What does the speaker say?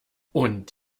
und